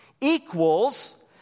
equals